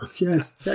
Yes